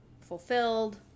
fulfilled